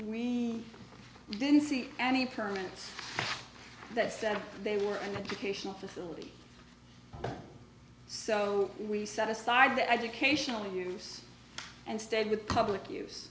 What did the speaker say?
we didn't see any permanents that said they were in the patient facility so we set aside the educational use and stayed with public use